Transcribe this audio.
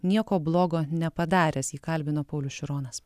nieko blogo nepadaręs jį kalbino paulius šironas